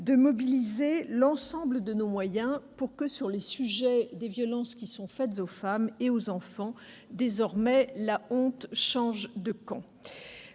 de mobiliser l'ensemble de nos moyens pour que, sur le sujet des violences faites aux femmes et aux enfants, désormais « la honte change de camp